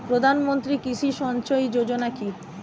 প্রধানমন্ত্রী কৃষি সিঞ্চয়ী যোজনা কি?